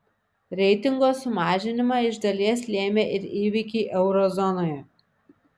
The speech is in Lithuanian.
reitingo sumažinimą iš dalies lėmė ir įvykiai euro zonoje